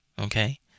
okay